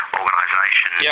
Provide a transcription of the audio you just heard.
organisation